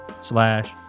slash